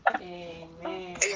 Amen